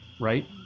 right